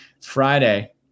Friday